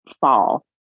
fall